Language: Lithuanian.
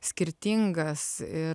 skirtingas ir